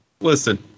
Listen